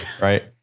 Right